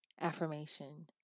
affirmation